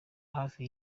hafi